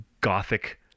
gothic